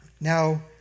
Now